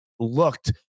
looked